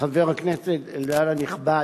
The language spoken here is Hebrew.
חבר הכנסת אלדד הנכבד,